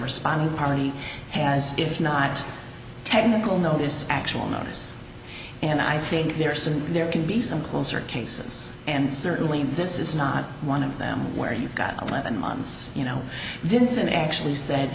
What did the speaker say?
responding party has if not technical notice actual notice and i think there are some there can be some closer cases and certainly this is not one of them where you've got eleven months you know there isn't actually said